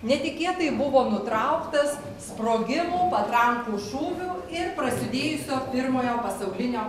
netikėtai buvo nutrauktas sprogimų patrankų šūvių ir prasidėjusio pirmojo pasaulinio